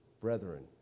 brethren